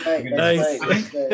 nice